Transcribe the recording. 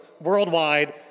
worldwide